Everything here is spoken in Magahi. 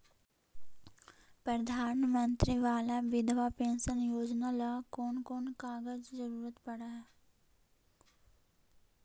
प्रधानमंत्री बाला बिधवा पेंसन योजना ल कोन कोन कागज के जरुरत पड़ है?